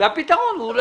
והפתרון הוא להפריד.